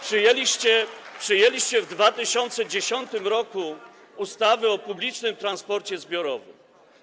Przyjęliście w 2010 r. ustawę o publicznym transporcie zbiorowym.